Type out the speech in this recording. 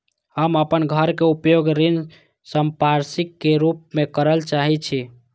हम अपन घर के उपयोग ऋण संपार्श्विक के रूप में करल चाहि छी